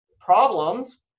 problems